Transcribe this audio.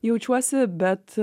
jaučiuosi bet